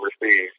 receive